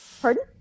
pardon